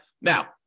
Now